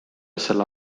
selle